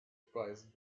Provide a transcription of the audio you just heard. price